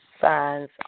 signs